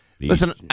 Listen